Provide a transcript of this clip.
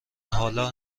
حالا